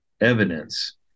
evidence